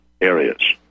areas